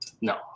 No